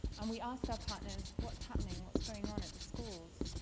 and we ask our partners, what's happening? what's going on at the schools?